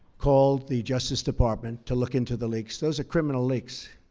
called the justice department to look into the leaks. those are criminal leaks.